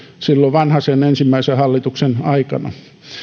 silloin vanhasen ensimmäisen hallituksen aikana